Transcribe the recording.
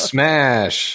Smash